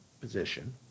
position